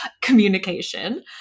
communication